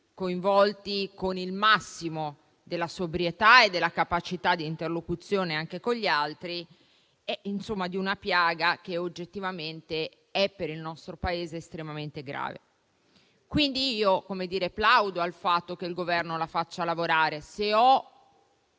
coinvolti con il massimo della sobrietà e della capacità di interlocuzione con gli altri. Si tratta di una piaga che oggettivamente per il nostro Paese è estremamente grave, per cui plaudo al fatto che il Governo le consenta di lavorare. Se ho